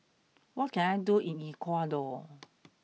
what can I do in Ecuador